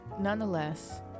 nonetheless